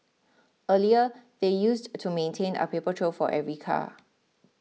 earlier they used to maintain a paper trail for every car